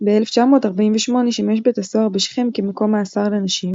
ב־1948 שימש בית הסוהר בשכם כמקום מאסר לנשים,